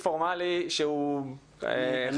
חבר הכנסת התייחס לזה,